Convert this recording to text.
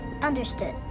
Understood